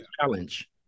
challenge